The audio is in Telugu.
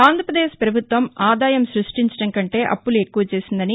ఆంధ్రప్రదేశ్ ప్రభుత్వం ఆదాయం స్బష్టించడం కంటే అప్పులు ఎక్కువ చేసిందని